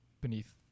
beneath